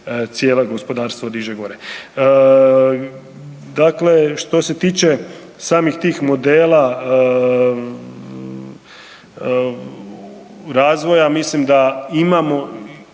cijelo gospodarstvo diže gore. Dakle, što se tiče samih tih modela razvoja mislim da imamo